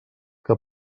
que